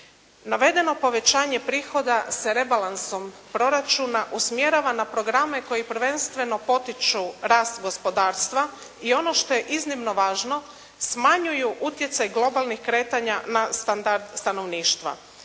Navedeno povećanje prihoda se rebalansom proračuna usmjerava na programe koji prvenstveno potiču rast gospodarstva i ono što je iznimno važno, smanjuju utjecaj globalnih kretanja na standard stanovništva.